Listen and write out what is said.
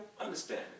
Understand